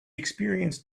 experienced